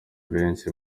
benshi